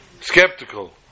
skeptical